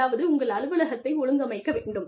அதாவது உங்கள் அலுவலகத்தை ஒழுங்கமைக்க வேண்டும்